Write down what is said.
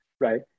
right